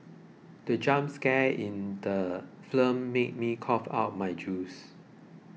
the jump scare in the film made me cough out my juice